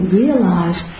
realize